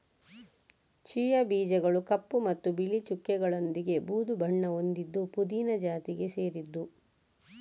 chia ಬೀಜಗಳು ಕಪ್ಪು ಮತ್ತು ಬಿಳಿ ಚುಕ್ಕೆಗಳೊಂದಿಗೆ ಬೂದು ಬಣ್ಣ ಹೊಂದಿದ್ದು ಪುದೀನ ಜಾತಿಗೆ ಸೇರಿದ್ದು